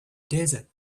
desert